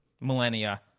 millennia